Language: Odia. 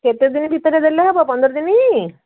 କେତେଦିନ ଭିତରେ ଦେଲେ ହେବ ପନ୍ଦର ଦିନ